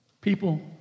People